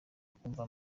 ukumva